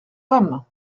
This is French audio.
femme